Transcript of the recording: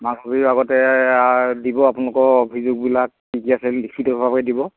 মাঘ বিহু আগতে দিব আপোনালোকৰ অভিযোগবিলাক কি কি আছে লিখিতভাবে দিব